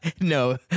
No